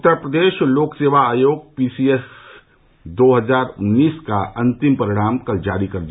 उत्तर प्रदेश लोक सेवा आयोग ने पी सी एस दो हजार उन्नीस का अंतिम परिणाम कल जारी कर दिया